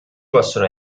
possono